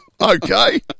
Okay